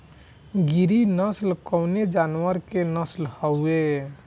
गिरी नश्ल कवने जानवर के नस्ल हयुवे?